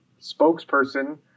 spokesperson